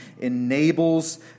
enables